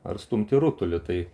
ar stumti rutulį tai